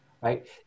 right